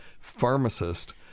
pharmacist